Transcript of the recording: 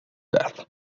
death